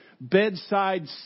bedside